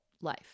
life